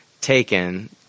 taken